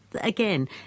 Again